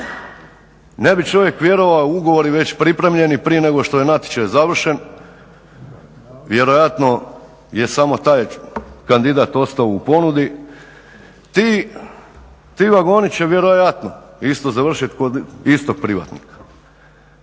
ne bi čovjek vjerovao ugovori već pripremljeni prije nego što je natječaj završen, vjerojatno je samo taj kandidat ostao u ponudi, ti vagoni će vjerojatno završiti kod istog privatnika.